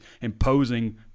imposing –